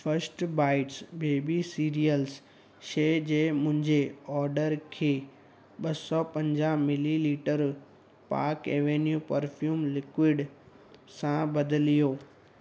first bites baby cereals शइ जे मुंहिंजे ऑडर खे ॿ सौ पंजा millilitre Park Avenue perfume liquid सां बदिलियो